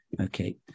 Okay